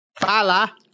Fala